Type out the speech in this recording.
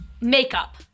Makeup